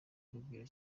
urugwiro